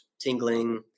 tingling